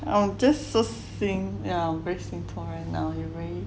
I'll just assume yeah very 心痛